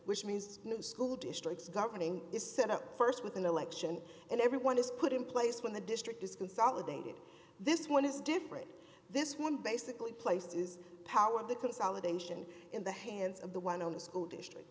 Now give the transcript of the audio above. which means school districts governing is set up st with an election and everyone is put in place when the district is consolidated this one is different this one basically places power the consolidation in the hands of the one in the school district